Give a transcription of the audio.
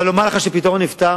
אבל לומר לך שהפתרון נמצא?